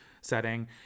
setting